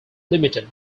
ltd